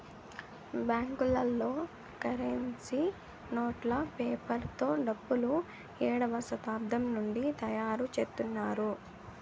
బ్యాంకులలో కరెన్సీ నోట్లు పేపర్ తో డబ్బులు ఏడవ శతాబ్దం నుండి తయారుచేత్తున్నారు